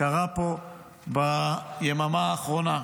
קרה פה ביממה האחרונה.